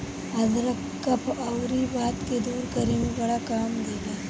अदरक कफ़ अउरी वात के दूर करे में बड़ा काम देला